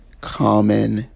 common